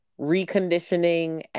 reconditioning